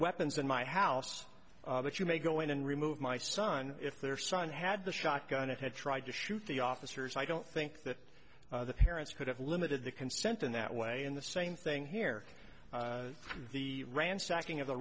weapons in my house but you may go in and remove my son if their son had the shotgun and had tried to shoot the officers i don't think that the parents could have limited the consent in that way in the same thing here the ransacking of the